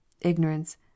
Ignorance